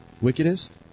wickedest